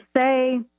say